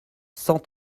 cent